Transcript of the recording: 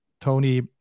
Tony